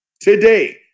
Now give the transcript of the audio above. today